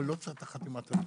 אבל לא צריך את חתימת הנציב.